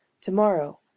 Tomorrow